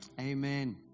Amen